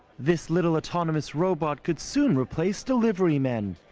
this little autonomous robot could soon replace delivery men.